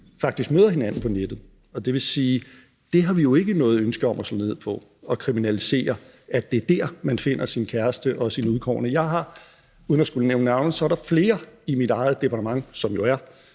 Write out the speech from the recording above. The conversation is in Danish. faktisk møder hinanden på nettet. Det vil sige, at det har vi jo ikke noget ønske om at slå ned på og kriminalisere, altså at det er der, man finder sin kæreste og sin udkårne. Uden at skulle nævne navne er der flere i mit eget departement, som jo er